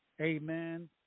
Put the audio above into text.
Amen